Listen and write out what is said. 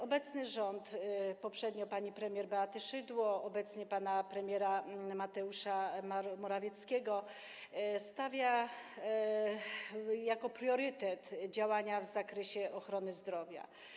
Obecny rząd, poprzednio pani premier Beaty Szydło, obecnie pana premiera Mateusza Morawieckiego, traktuje jako priorytet działania w zakresie ochrony zdrowia.